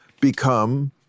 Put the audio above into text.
become